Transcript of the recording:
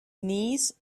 knees